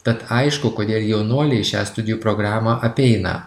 tad aišku kodėl jaunuoliai šią studijų programą apeina